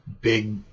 big